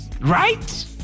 Right